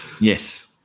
Yes